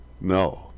No